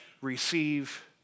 Receive